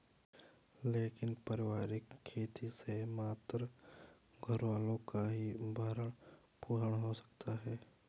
लेकिन पारिवारिक खेती से मात्र घरवालों का ही भरण पोषण हो सकता है